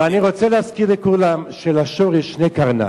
אני רוצה להזכיר לכולם שלשור יש שתי קרניים: